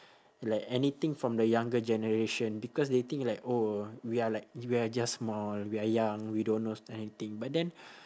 like anything from the younger generation because they think like oh we are like we are just small we are young we don't know anything but then